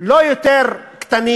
לא יותר קטנים